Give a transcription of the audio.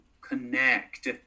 connect